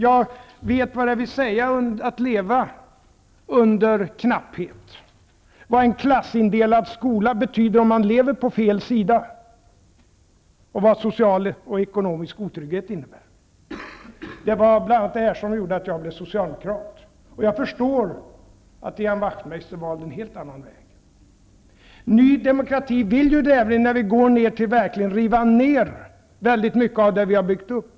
Jag vet vad det vill säga att leva under knapphet, vad en klassindelad skola betyder om man lever på fel sida och vad social och ekonomisk otrygghet innebär. Det var bl.a. detta som gjorde att jag blev socialdemokrat. Jag förstår att Ian Wachtmeister valde en helt annan väg. Ny demokrati vill ju verkligen riva ner mycket av det vi har byggt upp.